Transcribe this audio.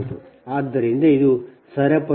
ಆದ್ದರಿಂದ ಇದು ಸರಪಳಿ ನಿಯಮ